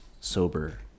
Sober